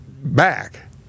back